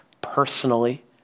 personally